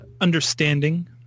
understanding